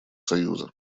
союза